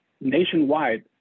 Nationwide